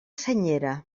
senyera